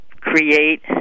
create